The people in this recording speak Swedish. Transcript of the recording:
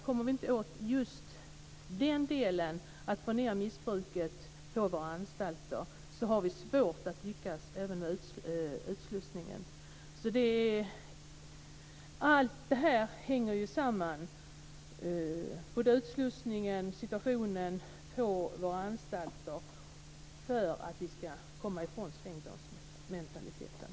Kommer man inte åt just den delen, att få ned missbruket på anstalterna, blir det svårt att lyckas även med utslussningen. Allt detta hänger samman - både utslussningen och situationen på anstalterna - med svängdörrsmentaliteten, och det gäller att komma ifrån den.